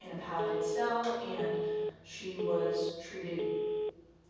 in a padded cell and she was treated